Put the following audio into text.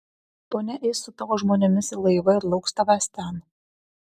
ponia eis su tavo žmonėmis į laivą ir lauks tavęs ten